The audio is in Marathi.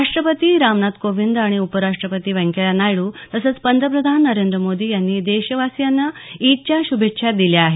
राष्ट्रपती रामनाथ कोविंद आणि उपराष्ट्रपती व्यंकैय्या नायडू तसंच पंतप्रधान नरेंद्र मोदी यांनी देशावासींना ईदच्या श्भेच्छा दिल्या आहेत